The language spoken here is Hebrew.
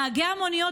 נהגי המוניות,